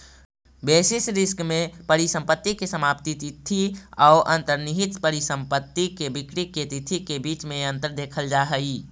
basis risk में परिसंपत्ति के समाप्ति तिथि औ अंतर्निहित परिसंपत्ति के बिक्री के तिथि के बीच में अंतर देखल जा हई